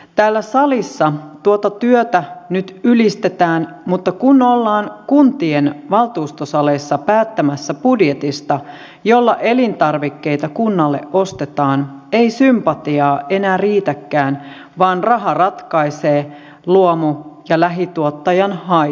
täällä salissa tuota työtä nyt ylistetään mutta kun ollaan kuntien valtuustosaleissa päättämässä budjetista jolla elintarvikkeita kunnalle ostetaan ei sympatiaa enää riitäkään vaan raha ratkaisee luomu ja lähituottajan haitaksi